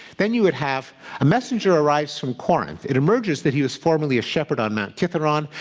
then you would have a messenger arrives from corinth. it emerges that he was formerly a shepherd on mount kithaeron,